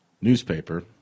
newspaper